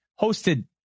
hosted